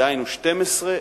דהיינו ב-12:00.